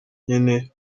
nyene